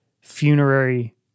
funerary